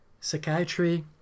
psychiatry